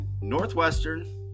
Northwestern